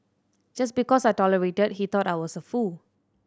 just because I tolerated he thought I was a fool